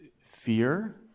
fear